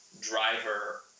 driver